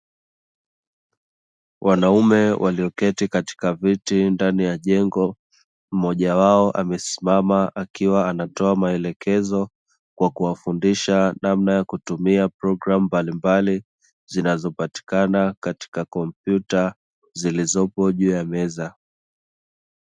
Wanaume walioketi katika viti ndani ya jengo, mmoja wao amesimama akiwa anatoa maelekezo kwa kuwafundisha namna ya kutumia programu mbalimbali zinazopatikana katika kompyuta zilizopo juu ya meza.